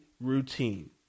routine